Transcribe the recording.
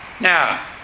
Now